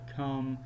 come